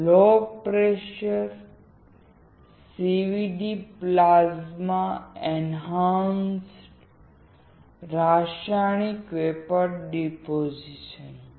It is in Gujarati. લો પ્રેશર CVD પ્લાઝ્મા એન્હાન્સડ રાસાયણિક વેપોર ડિપોઝિશન છે